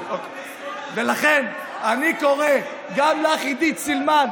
לכן אני קורא גם לך, עידית סילמן,